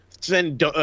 send